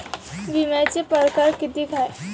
बिम्याचे परकार कितीक हाय?